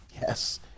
Yes